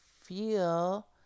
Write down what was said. feel